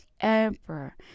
emperor